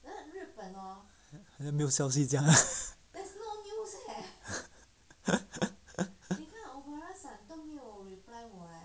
好像没有消息这样